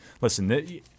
Listen